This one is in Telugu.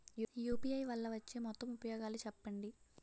యు.పి.ఐ వల్ల వచ్చే మొత్తం ఉపయోగాలు చెప్పండి?